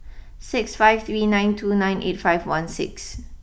six five three nine two nine eight five one six